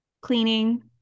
cleaning